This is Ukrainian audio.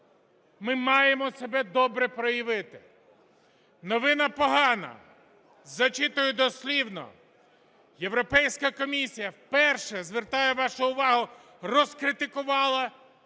Ми маємо себе добре проявити. Новина погана. Зачитую дослівно. Європейська комісія вперше, звертаю вашу увагу, розкритикувала